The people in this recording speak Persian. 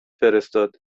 فرستاد